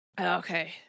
Okay